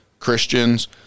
Christians